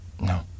No